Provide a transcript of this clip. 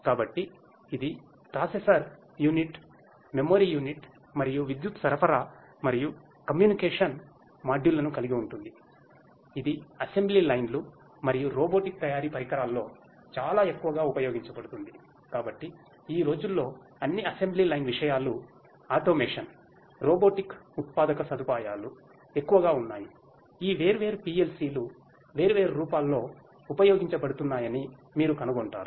కాబట్టి ఇది processor robotic ఉత్పాదక సదుపాయాలు ఎక్కువగా ఉన్నాయి ఈ వేర్వేరు PLCలు వేర్వేరు రూపాల్లో ఉపయోగించబడుతున్నాయని మీరు కనుగొంటారు